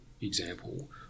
example